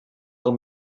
del